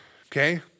okay